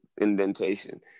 indentation